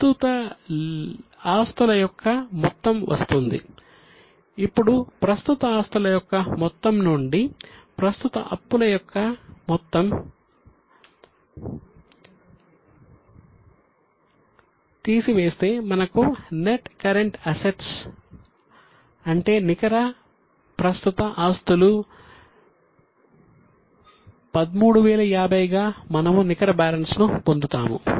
ప్రస్తుత ఆస్తుల అంటే నికర ప్రస్తుత ఆస్తులు 13050 గా మనము నికర బ్యాలెన్స్ ను పొందుతాము